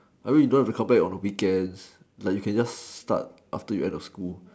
I mean you don't have to compare your own weekend like you can just start after you end your school